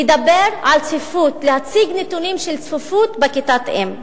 לדבר על צפיפות, להציג נתונים של צפיפות בכיתת-אם.